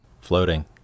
floating